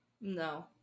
No